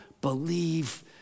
believe